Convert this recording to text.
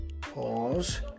pause